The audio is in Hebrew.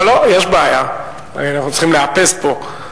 לא, יש בעיה, אנחנו צריכים לאפס פה.